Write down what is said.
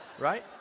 Right